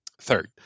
third